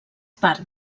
part